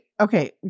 Okay